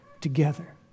together